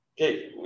Okay